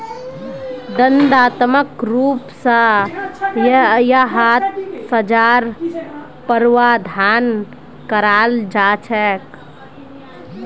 दण्डात्मक रूप स यहात सज़ार प्रावधान कराल जा छेक